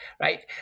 right